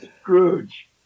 Scrooge